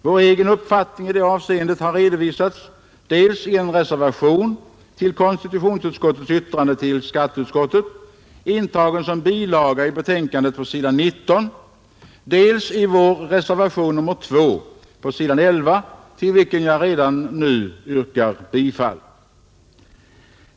Vår egen uppfattning i det avseendet har redovisats dels i en reservation till konstitutionsutskottets yttrande till skatteutskottet, intagen som bilaga på s. 19 i konstitutionsutskottets betänkande, dels i vår reservation nr 2 på s. 11, till vilken jag redan nu yrkar bifall.